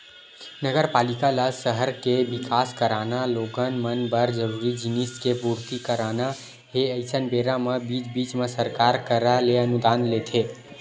नगरपालिका ल सहर के बिकास कराना लोगन मन बर जरूरी जिनिस के पूरति कराना हे अइसन बेरा म बीच बीच म सरकार करा ले अनुदान लेथे